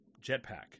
jetpack